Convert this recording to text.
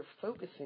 focusing